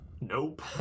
Nope